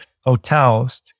hotels